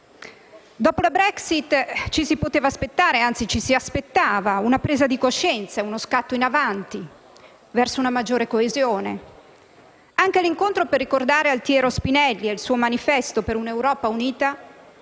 Dopo la Brexit ci si poteva aspettare (anzi, ci si aspettava) una presa di coscienza e uno scatto in avanti verso una maggiore coesione. Anche l'incontro per ricordare Altiero Spinelli e il suo manifesto per un'Europa unita